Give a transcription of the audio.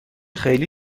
خیلی